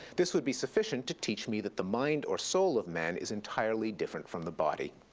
this would be sufficient to teach me that the mind or soul of man is entirely different from the body.